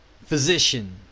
physician